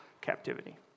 captivity